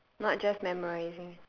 not just memorising